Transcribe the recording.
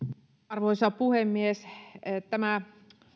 arvoisa puhemies tämä